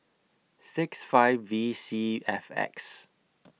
six five V C F X